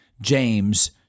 James